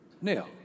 Now